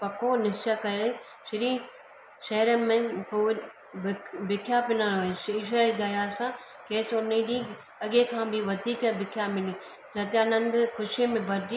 पको निश्चय कईं श्री शहरनि में हो वृ भि भिखिया पिनाण वियोसि इश्वर जी दया सां खेसि उन ॾींहुं अॻिए खां बि वधीक भिखिया मिली सत्यानंद ख़ुशीअ में भरजी